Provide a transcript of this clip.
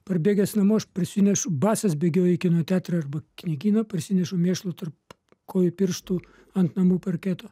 parbėgęs namo aš prisinešu basas bėgioju į kino teatrą arba knygyną parsinešu mėšlo tarp kojų pirštų ant namų parketo